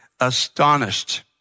astonished